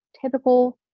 typical